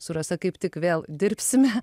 su rasa kaip tik vėl dirbsime